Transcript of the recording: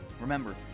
Remember